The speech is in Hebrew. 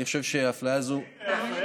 אני חושב שהיא בצדק,